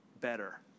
better